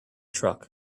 truck